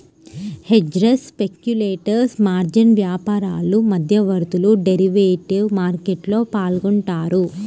hedgers, speculators, margin వ్యాపారులు, మధ్యవర్తులు derivative మార్కెట్లో పాల్గొంటారు